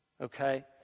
Okay